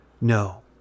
No